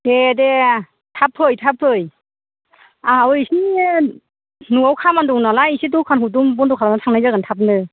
दे दे थाब फै थाब फै आंहाबो एसे न'आव खामानि दं नालाय एसे दखानखौ बन्द' खालामना थांनाय जागोन थाबनो